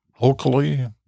locally